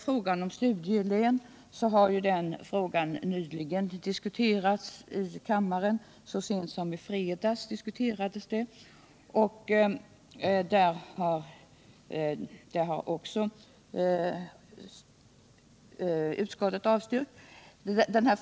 14 december 1977 Frågan om studielön har nyligen — så sent som i fredags — diskuterats i kammaren. Även den har utskottet avstyrkt.